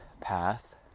path